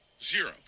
zero